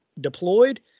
deployed